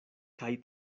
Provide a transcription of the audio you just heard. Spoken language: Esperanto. kaj